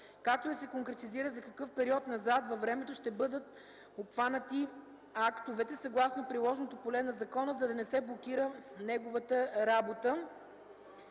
както и да се конкретизира за какъв период назад във времето ще бъдат обхванати актовете съгласно приложното поле на закона, за да не се блокира неговата работа.